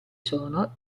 sono